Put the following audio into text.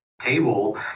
table